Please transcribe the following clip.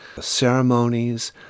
ceremonies